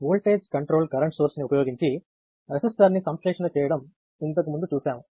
voltage controlled current సోర్స్ని ఉపయోగించి రెసిస్టర్ని సంశ్లేషణ చేయడం ఇంతకు ముందు చూశాము